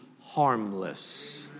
harmless